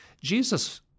Jesus